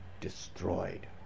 destroyed